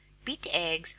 beat eggs,